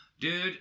Dude